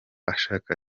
ashaka